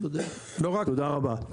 תודה רבה.